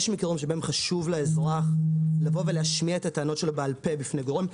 יש מקרים שבהם חשוב לאזרח לבוא ולהשמיע את הטענות שלו בעל-פה בפני גורם,